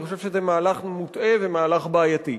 אני חושב שזה מהלך מוטעה ומהלך בעייתי.